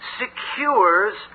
secures